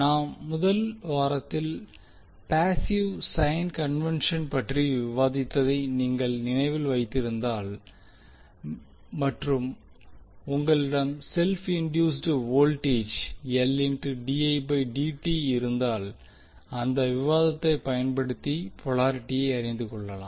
நாம் முதல் வாரத்தில் பாசிவ் சைன் கன்வென்சன் பற்றி விவாதித்ததை நீங்கள் நினைவில் வைத்திருந்தால்மற்றும் உங்களிடம் செல்ப் இண்டியூஸ்ட் வோல்டேஜ் இருந்தால் அந்த விவாதத்தை பயன்படுத்தி போலாரிட்டியை அறிந்துகொள்ளலாம்